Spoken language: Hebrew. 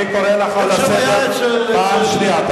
אני קורא לך לסדר פעם שנייה.